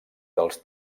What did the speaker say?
dels